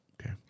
okay